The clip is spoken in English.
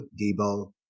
Debo